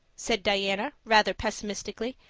said diana rather pessimistically,